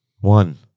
One